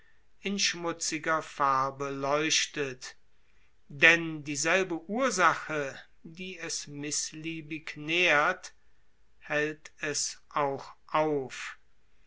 in schmutziger farbe leuchtet denn dieselbe ursache die es mißliebig nährt hält es auch auf